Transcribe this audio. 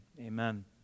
amen